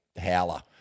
howler